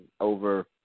Over